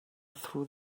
through